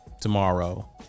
tomorrow